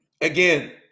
Again